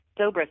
Zobrist